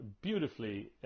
beautifully